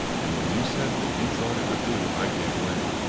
and when you said that you thought it would do, i gave way.